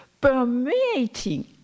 permeating